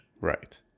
Right